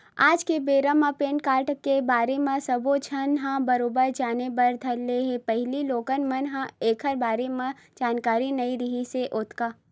आज के बेरा म पेन कारड के बारे म सब्बो झन ह बरोबर जाने बर धर ले हे पहिली लोगन मन ल ऐखर बारे म जानकारी नइ रिहिस हे ओतका